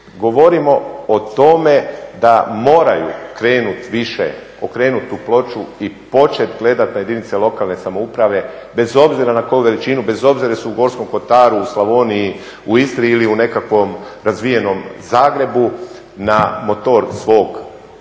Govorimo o tome da moraju krenuti više, okrenuti tu ploču i početi gledati na jedinice lokalne samouprave bez obzira na koju veličinu, bez obzira jesu li u Gorskom Kotaru, u Slavoniji, u Istri ili u nekakvom razvijenom Zagrebu na motor svog razvoja